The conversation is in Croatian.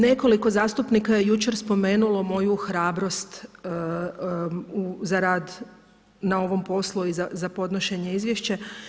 Nekoliko zastupnika je jučer spomenulo moju hrabrost za rad na ovom poslu i za podnošenje izvješća.